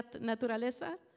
naturaleza